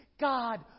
God